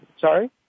Sorry